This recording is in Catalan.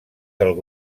del